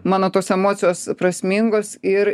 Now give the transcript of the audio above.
mano tos emocijos prasmingos ir